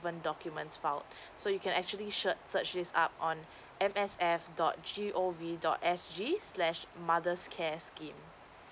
documents file so you can actually search search this up on M S F dot G_O_V dot S_G slash mothers care scheme